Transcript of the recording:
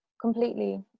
Completely